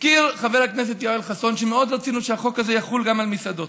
הזכיר חבר הכנסת יואל חסון שמאוד רצינו שהחוק הזה יחול גם על מסעדות.